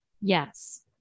yes